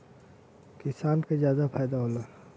किसान क जादा फायदा होला